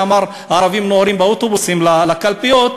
שאמר "הערבים נוהרים באוטובוסים לקלפיות",